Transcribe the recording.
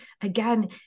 again